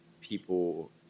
people